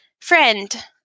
friend